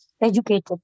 educated